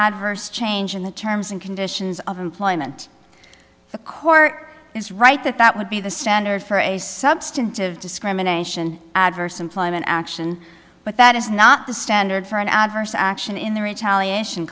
adverse change in the terms and conditions of employment the court is right that that would be the standard for a substantive discrimination adverse employment action but that is not the standard for an adverse action in the retaliation